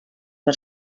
per